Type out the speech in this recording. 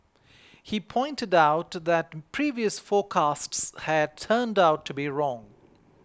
he pointed out that previous forecasts had turned out to be wrong